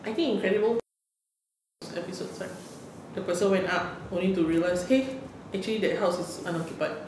I think incredible tales had one of those episodes right they person went up only to realise !hey! actually that house is unoccupied